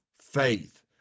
faith